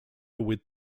with